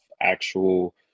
actual